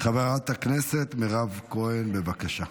חברת הכנסת מירב כהן, בבקשה.